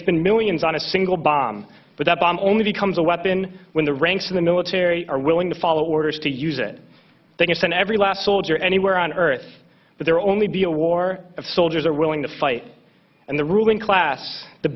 spend millions on a single bomb but that bomb only becomes a weapon when the ranks of the military are willing to follow orders to use it they can send every last soldier anywhere on earth but they're only be a war of soldiers are willing to fight and the ruling class the